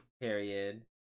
Period